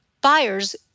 Buyers